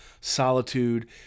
solitude